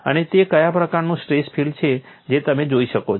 અને તે કયા પ્રકારનું સ્ટ્રેસ ફિલ્ડ છે જે તમે જોઈ શકો છો